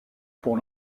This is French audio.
pour